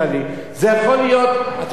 זה יכול להיות עובד סוציאלי,